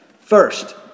First